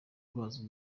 bazi